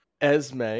Esme